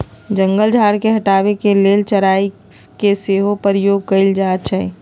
जंगल झार के हटाबे के लेल चराई के सेहो प्रयोग कएल जाइ छइ